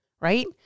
right